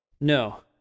No